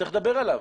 וצריך לדבר עליו.